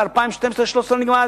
ב-2012 2013 נגמר,